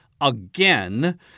again